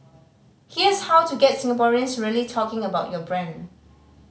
here's how to get Singaporeans really talking about your brand